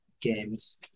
games